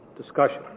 discussion